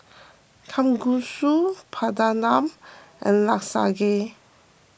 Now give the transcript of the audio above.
Kalguksu Papadum and Lasagne